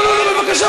בבקשה,